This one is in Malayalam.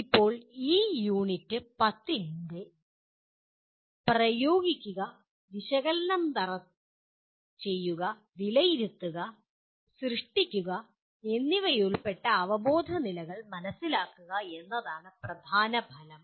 ഇപ്പോൾ പ്രയോഗിക്കുക വിശകലനം ചെയ്യുക വിലയിരുത്തുക സൃഷ്ടിക്കുക എന്നിവയുൾപ്പെടെയുള്ള അവബോധ നിലകൾ മനസ്സിലാക്കുക എന്നതാണ് ഈ യൂണിറ്റ് 10 ന്റെ പ്രധാന ഫലം